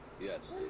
Yes